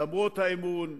למרות האמון,